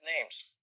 names